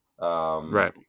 right